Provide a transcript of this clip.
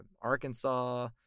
Arkansas